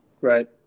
right